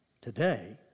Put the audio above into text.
today